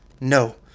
no